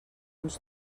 uns